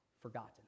forgotten